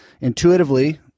intuitively